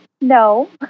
no